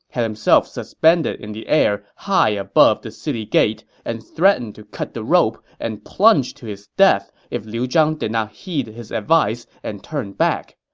had himself suspended in the air high above the city gate and threatened to cut the rope and plunge to his death if liu zhang did not heed his advice and turn back.